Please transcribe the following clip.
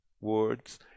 words